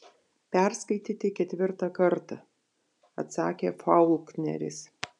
perskaityti ketvirtą kartą atsakė faulkneris